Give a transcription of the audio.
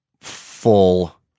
full